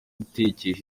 gutekesha